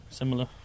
similar